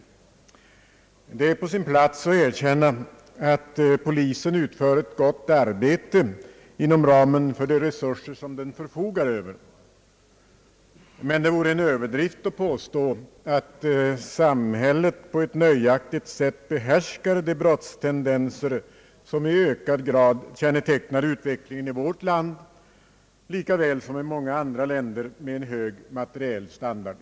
Det är på sin plats att erkänna, att polisen utför ett gott arbete inom ramen för de resurser den förfogar över. Det vore dock en överdrift att påstå, att samhället på ett nöjaktigt sätt behärskar de brottstendenser, som i ökad grad kännetecknar utvecklingen i vårt land, lika väl som i många andra länder med hög materiell standard.